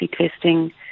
testing